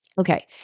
Okay